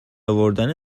آوردن